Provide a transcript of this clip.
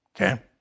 Okay